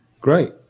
great